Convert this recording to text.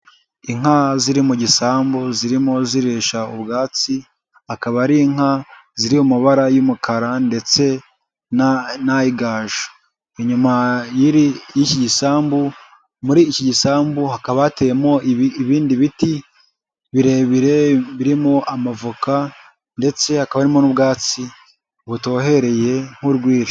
Inka ziri mu gisambu zirimo zirisha ubwatsi, akaba ari inka ziri mu mabara y'umukara ndetse n'ay'igaju inyuma y'iki gisambu muri iki gisambu hakaba hateyemo ibindi biti birebire birimo amavoka, ndetse hakaba harimo n'ubwatsi butohereye nk'urwiri.